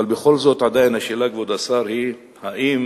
אבל בכל זאת, עדיין השאלה היא, כבוד השר, האם